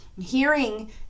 hearing